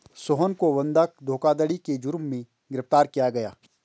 सोहन को बंधक धोखाधड़ी के जुर्म में गिरफ्तार किया गया